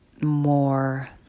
more